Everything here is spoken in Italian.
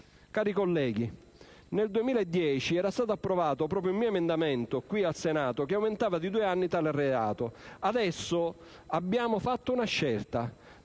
Cari colleghi, nel 2010 era stato approvato un mio emendamento, qui, al Senato, che aumentava di due anni tale reato. Adesso abbiamo fatto una scelta